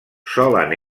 solen